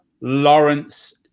Lawrence